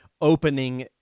opening